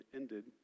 ended